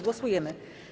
Głosujemy.